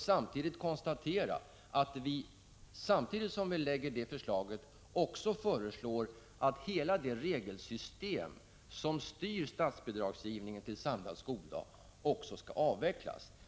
Samtidigt med detta förslag lägger vi också fram ett förslag om att hela det regelsystem som styr statsbidragsgivningen till samlad skoldag skall avvecklas.